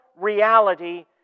reality